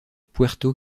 puerto